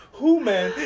Who-man